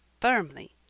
firmly